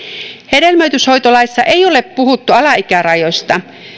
hedelmöityshoitolaissa ei ole puhuttu alaikärajoista